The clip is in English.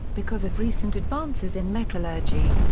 because of recent advances in metallurgy.